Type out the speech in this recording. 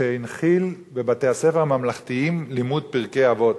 שהנחיל בבתי-הספר הממלכתיים לימוד פרקי אבות.